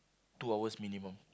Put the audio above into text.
two hours minimum